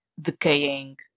decaying